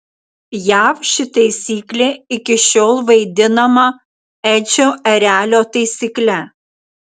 jav ši taisyklė iki šiol vaidinama edžio erelio taisykle